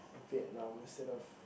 Vietnam instead of